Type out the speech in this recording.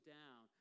down